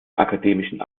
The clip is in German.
akademischen